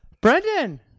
Brendan